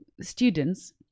students